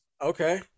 Okay